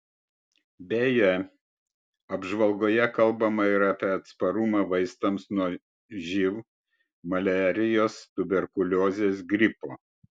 beje apžvalgoje kalbama ir apie atsparumą vaistams nuo živ maliarijos tuberkuliozės gripo